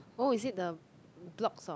oh is the blocks of